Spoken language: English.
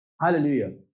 Hallelujah